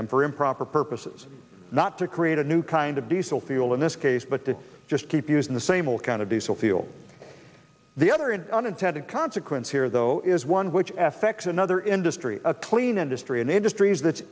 them for improper purposes not to create a new kind of diesel fuel in this case but to just keep using the same old kind of diesel fuel the other an unintended consequence here though is one which affects another industry a clean industry in industries that